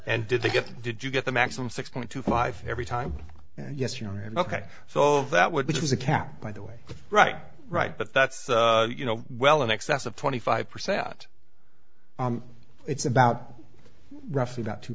nd did they get did you get the maximum six point two five every time yes you know him ok so that would which was a cap by the way right right but that's you know well in excess of twenty five percent out it's about roughly about two